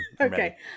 Okay